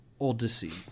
odyssey